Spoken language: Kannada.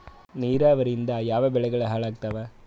ನಿರಾವರಿಯಿಂದ ಯಾವ ಬೆಳೆಗಳು ಹಾಳಾತ್ತಾವ?